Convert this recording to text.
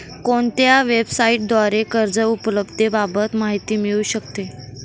कोणत्या वेबसाईटद्वारे कर्ज उपलब्धतेबाबत माहिती मिळू शकते?